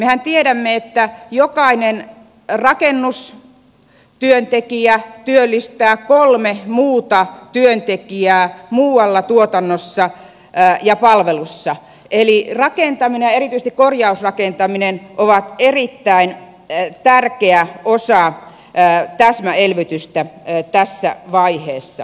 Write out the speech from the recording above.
mehän tiedämme että jokainen rakennustyöntekijä työllistää kolme muuta työntekijää muualla tuotannossa ja palvelussa eli rakentaminen ja erityisesti korjausrakentaminen ovat erittäin tärkeä osa täsmäelvytystä tässä vaiheessa